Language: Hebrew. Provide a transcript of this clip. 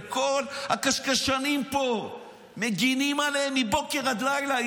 וכל הקשקשנים פה מגינים עליהם מבוקר עד לילה.